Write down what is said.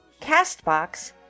CastBox